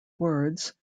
words